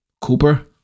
Cooper